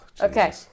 okay